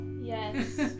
Yes